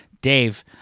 dave